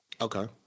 Okay